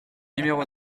numéro